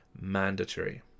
mandatory